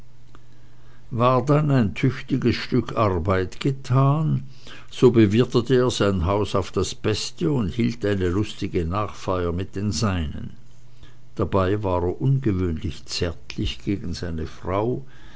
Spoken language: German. war dann ein tüchtiges stück arbeit getan so bewirtete er sein haus auf das beste und hielt eine lustige nachfeier mit den seinen dabei war er ungewöhnlich zärtlich gegen seine frau